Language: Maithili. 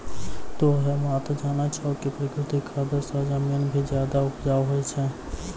तोह है बात जानै छौ कि प्राकृतिक खाद स जमीन भी ज्यादा उपजाऊ होय छै